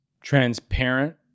transparent